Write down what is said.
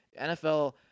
NFL